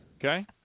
Okay